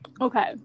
okay